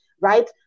right